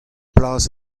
plas